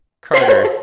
Carter